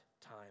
time